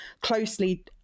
closely